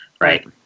right